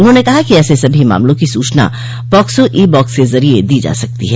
उन्होंने कहा कि ऐसे सभी मामलों की सूचना पॉक्सो ई बॉक्स के जरिए दी जा सकती है